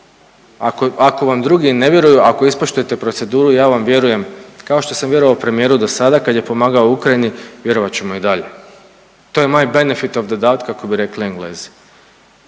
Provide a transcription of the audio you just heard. ako vam drugi ne vjeruju, ako ispoštujete proceduru ja vam vjerujem kao što sam vjerovao premijeru dosada kad je pomogao Ukrajini vjerovat ću mi i dalje. To je moje benefit of the doubt kako bi rekli Englezi.